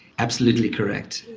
absolutely correct.